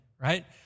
right